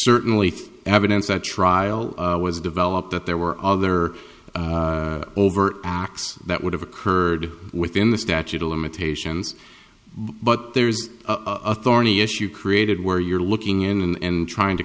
certainly evidence at trial was developed that there were other over acts that would have occurred within the statute of limitations but there's a thorny issue created where you're looking in and trying to